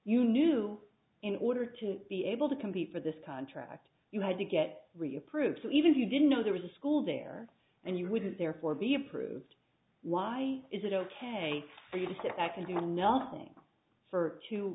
you knew in order to be able to compete for this contract you had to get reapproved so even if you didn't know there was a school there and you wouldn't therefore be approved why is it ok for you to sit back and do nothing for two